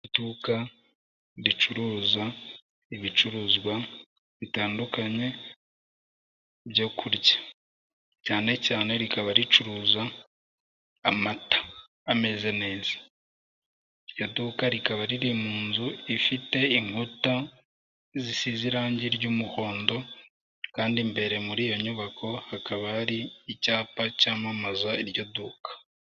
Iduka ricuruza ibicuruzwa bitandukanye byo kurya cyane cyane rikaba ricuruza amata ameze neza, iryo duka rikaba riri mu nzu ifite inkuta zisize irangi ry'umuhondo kandi imbere muri iyo nyubako hakaba hari icyapa cyamamaza iryo duka.